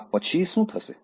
આ પછી શું થશે